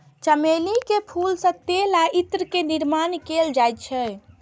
चमेली के फूल सं तेल आ इत्र के निर्माण कैल जाइ छै